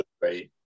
great